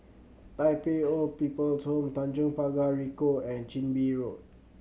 Tai Pei Old People's Home Tanjong Pagar Ricoh and Chin Bee Road